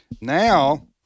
Now